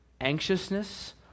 anxiousness